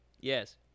Yes